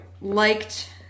liked